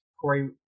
Corey